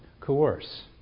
coerce